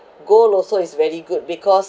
gold also is very good because